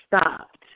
stopped